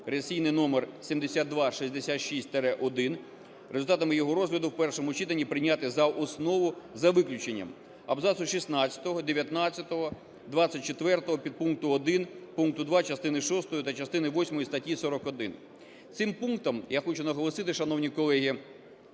результатами його розгляду в першому читанні прийняти за основу за виключенням абзацу 16, 19, 24 підпункту 1 пункту 2 частини шостої та частини 8 статті 41. Цим пунктом, я хочу наголосити, шановні колеги,